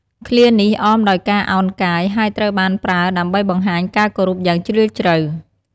ឃ្លានេះអមដោយការឱនកាយ ហើយត្រូវបានប្រើដើម្បីបង្ហាញការគោរពយ៉ាងជ្រាលជ្រៅ។